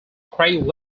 craig